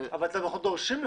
אבל אתם דורשים מכולם.